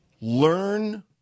Learn